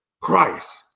Christ